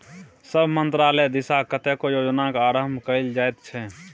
सभ मन्त्रालय दिससँ कतेको योजनाक आरम्भ कएल जाइत छै